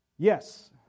yes